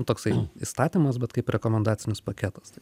toksai įstatymas bet kaip rekomendacinis paketas tai